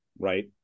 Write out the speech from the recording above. Right